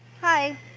Hi